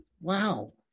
wow